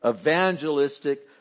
evangelistic